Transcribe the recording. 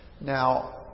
Now